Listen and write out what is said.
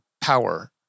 power